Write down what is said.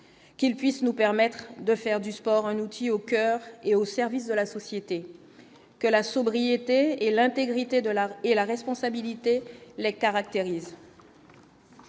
qu'il puisse nous permettre de faire du sport, un outil au coeur et au service de la société que la sobriété et l'intégrité de l'art et la responsabilité, les caractérisent.